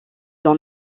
dans